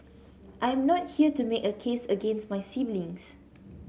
I'm not here to make a case against my siblings